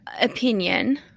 opinion